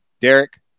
Derek